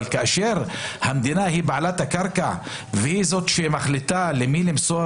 אבל כאשר המדינה היא בעלת הקרקע והיא מחליטה למי למסור